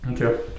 Okay